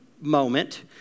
moment